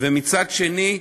ומצד שני,